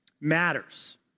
matters